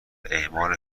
اعمال